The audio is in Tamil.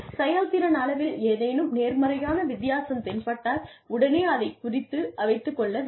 செயல்திறன் அளவில் ஏதேனும் நேர்மறையான வித்தியாசம் தென்பட்டால் உடனே அதைக் குறித்து வைத்துக் கொள்ள வேண்டும்